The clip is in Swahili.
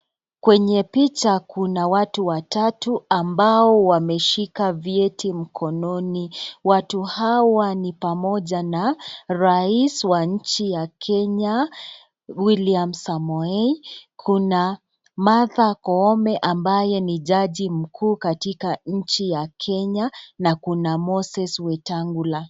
Kwenye picha kuna watu watatu ambao wameshika vyeti mkononi. Watu hawa ni pamoja na rais wa nchi ya Kenya, Wiliam Samoei, kuna Martha Koome ambaye ni jaji mkuu katika nchi ya Kenya na kuna Moses Wetangula.